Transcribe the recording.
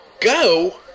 Go